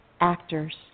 actors